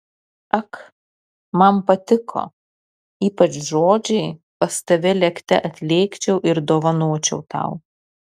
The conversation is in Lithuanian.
ak man patiko ypač žodžiai pas tave lėkte atlėkčiau ir dovanočiau tau